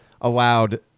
allowed